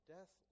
Death